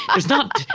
there's not.